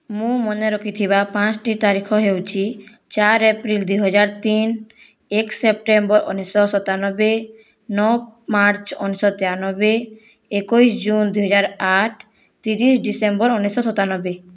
ମୁଁ ମନେ ରଖିଥିବା ପାଞ୍ଚଟି ତାରିଖ ହେଉଛି ଚାର ଏପ୍ରିଲ ଦୁଇହଜାର ତିନ ଏକ ସେପ୍ଟେମ୍ବର ଉଣେଇଶିଶହ ସତାନବେ ନଅ ମାର୍ଚ୍ଚ ଉଣେଇଶିଶହ ତେୟାନବେ ଏକୋଇଶି ଜୁନ ଦୁଇହଜାର ଆଠ ତିରିଶ ଡିସେମ୍ବର ଉଣେଇଶିଶହ ସତାନବେ